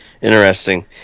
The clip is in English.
interesting